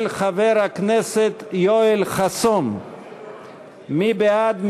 של חבר הכנסת יואל חסון, מי בעד?